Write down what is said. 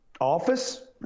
office